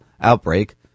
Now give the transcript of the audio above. outbreak